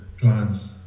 clients